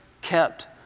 Kept